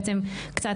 בעצם קצת,